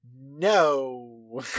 no